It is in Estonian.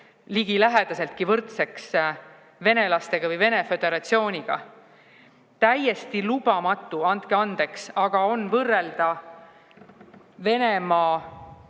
ligilähedaseltki võrdseks venelastega või Venemaa Föderatsiooniga. Täiesti lubamatu, andke andeks, on võrrelda Venemaa